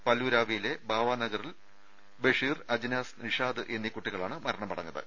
പല്ലൂരാവിയിലെ ബാവാനഗറിലെ ബഷീർ അജ്നാസ് നിഷാദ് എന്നീ കുട്ടികളാണ് മരണമടഞ്ഞത്